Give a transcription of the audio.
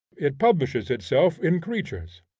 it publishes itself in creatures,